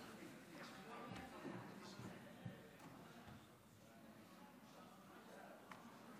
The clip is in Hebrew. אתה כבר בירכת אותי, אז תחסוך את השניות האלה.